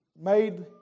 Made